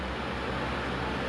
true true